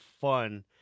fun